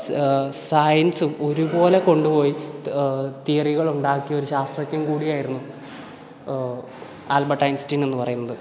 സയൻസും ഒരുപോലെ കൊണ്ട് പോയി തിയറികൾ ഉണ്ടാക്കിയൊരു ശാസ്ത്രജ്ഞൻ കൂടിയായിരുന്നു ആൽബർട്ട് ഐൻസ്റ്റീൻ എന്ന് പറയുന്നത്